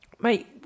mate